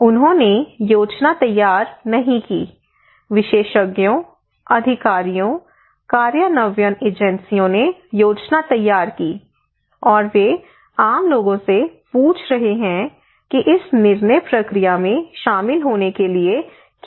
उन्होंने योजना तैयार नहीं की विशेषज्ञों अधिकारियों कार्यान्वयन एजेंसियों ने योजना तैयार की और वे आम लोगों से पूछ रहे हैं कि इस निर्णय प्रक्रिया में शामिल होने के लिए क्या घटक हैं